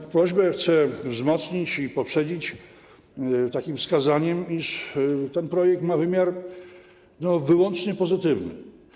Tę prośbę chcę wzmocnić i poprzedzić wskazaniem, iż ten projekt ma wymiar wyłącznie pozytywny.